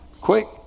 Quick